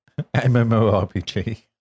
MMORPG